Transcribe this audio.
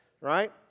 right